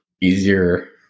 easier